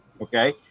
okay